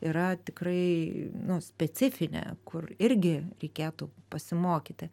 yra tikrai nu specifinė kur irgi reikėtų pasimokyti